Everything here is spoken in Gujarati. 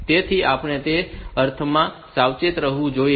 તેથી આપણે તે અર્થમાં સાવચેત રહેવું જોઈએ